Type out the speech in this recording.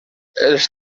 els